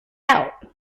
out